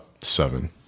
Seven